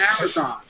Amazon